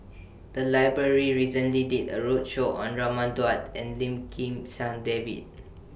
The Library recently did A roadshow on Raman Daud and Lim Kim San David